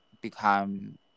become